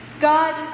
God